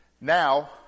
Now